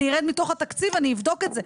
מתוך התקציב אני אבדוק את זה,